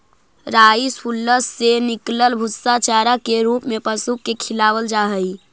rice hulls से निकलल भूसा चारा के रूप में पशु के खिलावल जा हई